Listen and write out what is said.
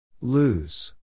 Lose